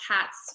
cats